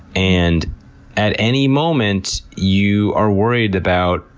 and at any moment you are worried about,